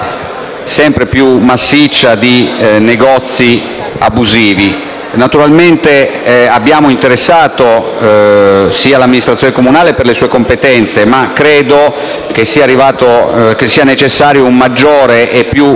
sempre più massiccia di negozi abusivi. Naturalmente abbiamo coinvolto l'amministrazione comunale per le sue competenze, ma credo sia necessario un maggiore e più